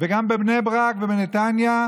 וגם בבני ברק ובנתניה,